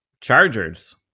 Chargers